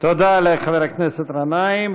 תודה לחבר הכנסת גנאים.